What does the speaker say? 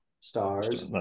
Stars